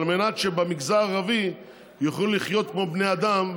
על מנת שבמגזר הערבי יוכלו לחיות כמו בני אדם,